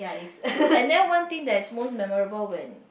and then one thing that's most memorable when